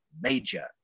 major